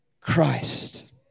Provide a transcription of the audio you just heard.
Christ